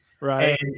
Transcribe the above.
Right